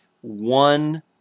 one